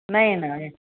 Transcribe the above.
नाही नाही